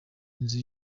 inzu